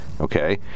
okay